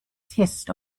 test